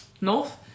north